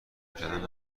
کردن